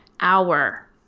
hour